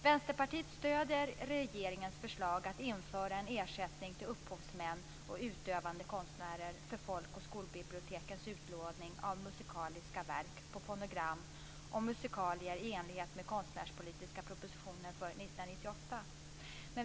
Vänsterpartiet stöder regeringens förslag att införa ersättning till upphovsmän och utövande konstnärer för folk och skolbibliotekens utlåning av musikaliska verk på fonogram och musikalier i enlighet med konstnärspolitiska propositionen för 1998.